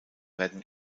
werden